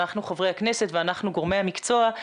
אנחנו חברי הכנסת ואנחנו גורמי המקצוע,